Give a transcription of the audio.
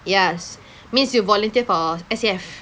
yes means you volunteer for S_A_F